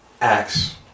acts